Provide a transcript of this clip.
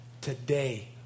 today